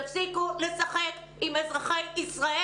תפסיקו לשחק עם אזרחי ישראל.